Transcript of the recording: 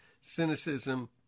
cynicism